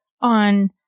on